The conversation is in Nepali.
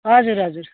हजुर हजुर